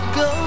go